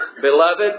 beloved